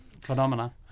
Phenomena